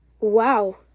Wow